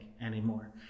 anymore